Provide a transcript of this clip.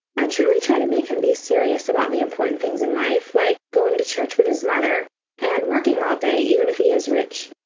i truly try to make him be serious about the important things in life, like going to church with his mother and working all day, even if he is rich.